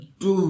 two